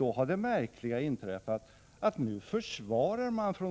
Nu har det märkliga inträffat, att